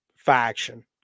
Faction